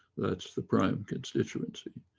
that's the prime constituency.